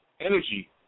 energy